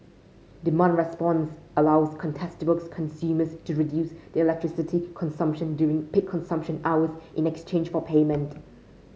demand response allows contestable consumers to reduce their electricity consumption during peak consumption hours in exchange for payment